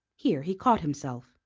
here he caught himself